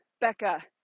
Becca